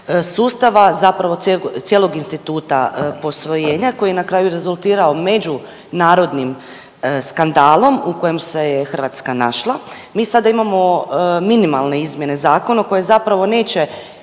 sustava, zapravo cijelog instituta posvojenja koji je na kraju rezultirao međunarodnim skandalom u kojem se je Hrvatska našla, mi sada imamo minimalne izmjene zakona koje zapravo neće